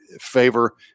favor